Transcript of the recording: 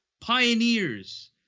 pioneers